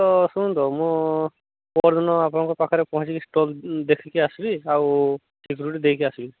ତ ଶୁଣନ୍ତୁ ମୁଁ ପରଦିନ ଆପଣଙ୍କରେ ପାଖେ ପହଁଚିକି ଷ୍ଟଲ ଦେଖିକି ଆସିବି ଆଉ ସିକୁରିଟି ଦେଇକି ଆସିବି